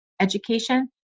education